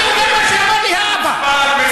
אני יודע מה שאמר לי האבא שלשום.